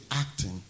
acting